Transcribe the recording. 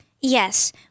Yes